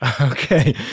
Okay